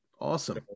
Awesome